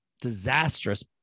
disastrous